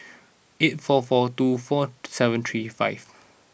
eight four four two four seven three five